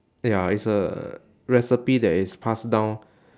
ya it's a recipe that is passed down